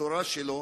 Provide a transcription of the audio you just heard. את התורה שלו,